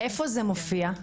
איפה זה מופיע?